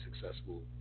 successful